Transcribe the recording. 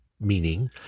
Meaning